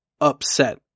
upset